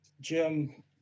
Jim